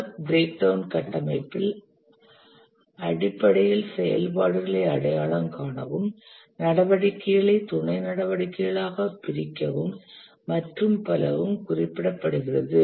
work break down கட்டமைப்பில் அடிப்படையில் செயல்பாடுகளை அடையாளம் காணவும் நடவடிக்கைகளை துணை நடவடிக்கைகளாக பிரிக்கவும் மற்றும் பலவும் குறிப்பிடப்படுகிறது